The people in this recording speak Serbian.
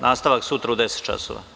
Nastavak sutra u 10,00 časova.